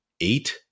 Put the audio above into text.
eight